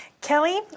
kelly